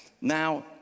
Now